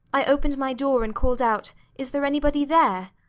i opened my door and called out is there anybody there?